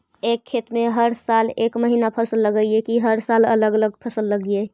एक खेत में हर साल एक महिना फसल लगगियै कि हर साल अलग अलग फसल लगियै?